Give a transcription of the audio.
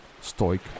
stoic